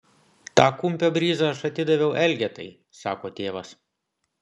tą kumpio bryzą aš atidaviau elgetai sako tėvas